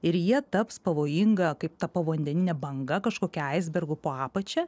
ir jie taps pavojinga kaip ta povandeninė banga kažkokia aisbergų po apačia